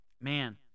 man